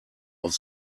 auf